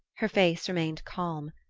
her face remained calm.